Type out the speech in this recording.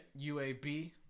UAB